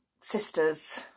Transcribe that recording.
sister's